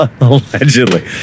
Allegedly